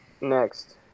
Next